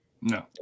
No